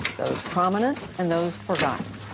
those prominent and those forgotten,